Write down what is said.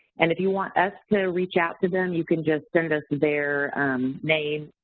and if you want us to reach out to them, you can just send us their name,